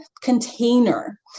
container